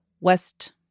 West